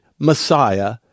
messiah